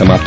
समाप्त